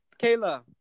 Kayla